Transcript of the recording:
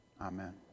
Amen